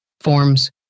Forms